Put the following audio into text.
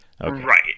Right